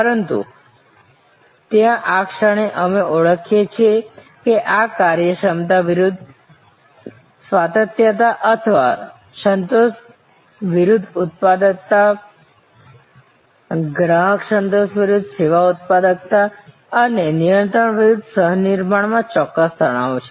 પરંતુ ત્યાં આ ક્ષણે અમે ઓળખીએ છીએ કે આ કાર્યક્ષમતા વિરુદ્ધ સ્વાયત્તતા અથવા સંતોષ વિરુદ્ધ ઉત્પાદકતા ગ્રાહક સંતોષ વિરુદ્ધ સેવા ઉત્પાદકતા અને નિયંત્રણ વિરુદ્ધ સહ નિર્માણમાં ચોક્કસ તણાવ છે